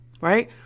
right